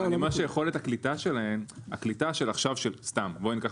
אבל אני אומר שיכולת הקליטה שלהם בואו ניקח